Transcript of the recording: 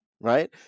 right